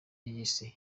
yise